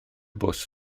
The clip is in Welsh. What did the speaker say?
bws